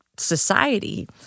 society